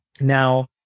Now